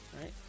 right